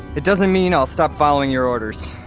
it doesn't mean i'll stop following your orders.